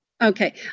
Okay